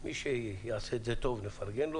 מי שיהיה, יעשה את זה טוב נפרגן לו.